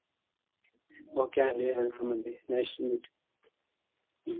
okay అండి welcome అండి nice to meet you